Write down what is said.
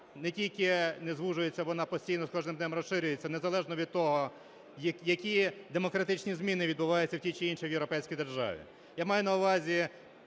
не тільки не звужується, вона постійно, з кожним днем розширюється, незалежно від того, які демократичні зміни відбуваються в тій чи іншій європейській державі,